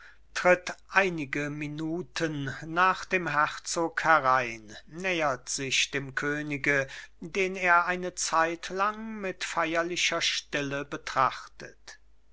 tritt einige minuten nach dem herzog herein nähert sich dem könig den er eine zeitlang mit feierlicher stille betrachtet